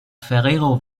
ferrero